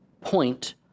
point